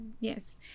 yes